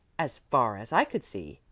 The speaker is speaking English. as far as i could see,